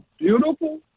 beautiful